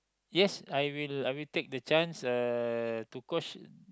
yes I will I will take the chance uh to coach